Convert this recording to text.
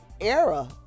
era